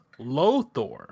Lothor